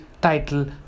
title